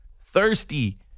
thirsty